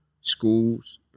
schools